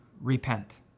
Repent